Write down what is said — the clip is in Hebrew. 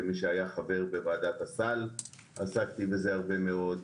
כמי שהיה חבר בוועדת הסל, עסקתי בזה הרבה מאוד.